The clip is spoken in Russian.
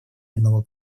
одного